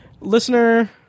listener